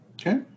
Okay